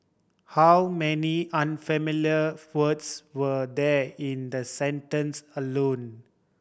how many unfamiliar words were there in the sentence alone